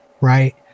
right